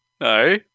No